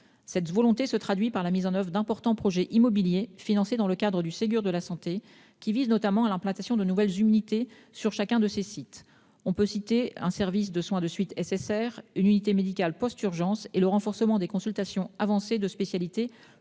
Cette volonté se manifeste par la mise en oeuvre d'importants projets immobiliers financés dans le cadre du Ségur de la santé, qui visent notamment l'implantation de nouvelles unités sur chacun de ces sites. On peut citer à cet égard la création d'un service de soins de suite et de réadaptation (SSR), d'une unité médicale post-urgence et le renforcement des consultations avancées de spécialité